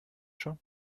schon